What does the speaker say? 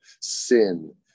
sin